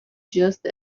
just